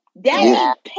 Daddy